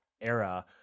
era